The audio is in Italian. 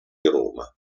roma